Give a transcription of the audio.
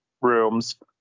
rooms